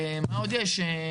מה עוד יש?